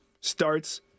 starts